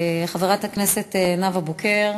חברת הכנסת נאוה בוקר